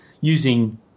using